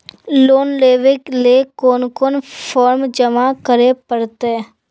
Loan लेवे ले कोन कोन फॉर्म जमा करे परते?